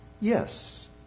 Yes